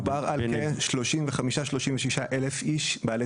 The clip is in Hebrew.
מדובר על בין 35 - 36 אלף איש בעלי